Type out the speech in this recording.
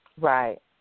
Right